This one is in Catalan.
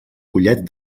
collet